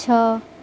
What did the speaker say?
ଛଅ